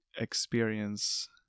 experience